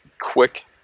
quick